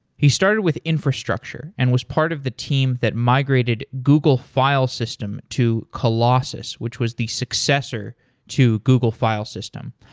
he started with infrastructure and was part of the team that migrated google file system to colossus, which was the successor to google file system.